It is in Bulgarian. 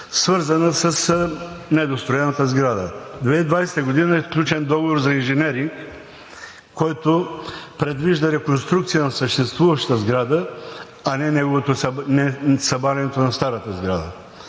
свързана с недостроената сграда. През 2020 г. е сключен договор за инженеринг, който предвижда реконструкция на съществуващата сграда, а не събарянето на старата сграда.